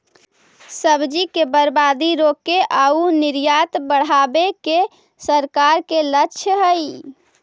सब्जि के बर्बादी रोके आउ निर्यात बढ़ावे के सरकार के लक्ष्य हइ